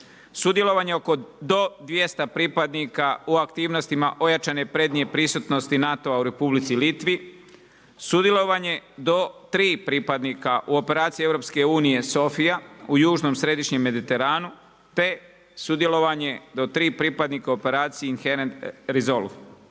sudjelovanje do 200 pripadnika u aktivnostima ojačane prednje prisutnosti NATO-a u Republici Litvi, sudjelovanje do tri pripadnika u operaciji EU Sophia u južnom središnjem Mediteranu, te sudjelovanje do tri pripadnika u operaciji Inherent Resolve.